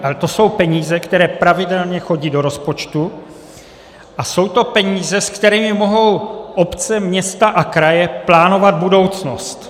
Ale to jsou peníze, které pravidelně chodí do rozpočtu, a jsou to peníze, se kterými mohou obce, města a kraje plánovat budoucnost.